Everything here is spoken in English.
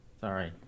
Sorry